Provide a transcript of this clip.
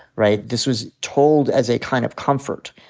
right. this was told as a kind of comfort.